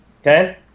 okay